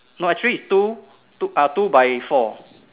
no actually is two two uh two by four